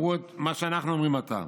אמרו את מה שאנחנו אומרים עתה